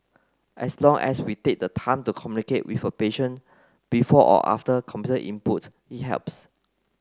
as long as we take the time to communicate with a patient before or after computer input it helps